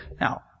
Now